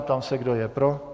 Ptám se, kdo je pro.